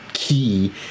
Key